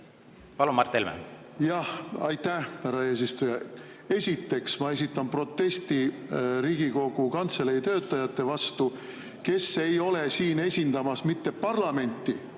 Palun, Mart Helme! Aitäh, härra eesistuja! Esiteks ma esitan protesti Riigikogu Kantselei töötajate vastu, kes ei ole siin esindamas mitte parlamenti.